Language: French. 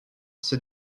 c’est